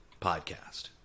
podcast